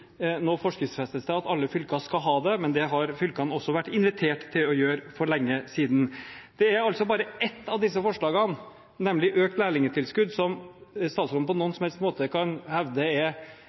Nå forskriftsfestes det at alle fylker skal ha det, men det har fylkene også vært invitert til å gjøre for lenge siden. Det er altså bare ett av disse forslagene, nemlig økt lærlingtilskudd, som statsråden på noen som helst måte kan hevde er